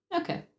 Okay